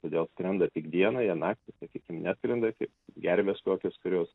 todėl skrenda tik dieną jie naktį sakykim neskrenda kai gervės kokios kurios